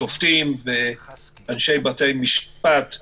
שופטים ואנשי בתי משפט,